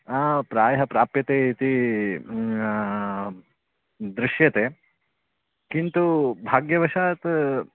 हा प्रायः प्राप्यते इति दृश्यते किन्तु भाग्यवशात्